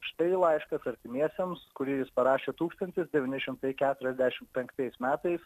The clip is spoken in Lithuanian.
štai laiškas artimiesiems kūrį jis parašė tūkstantis devyni šimtai keturiasdešimt penktais metais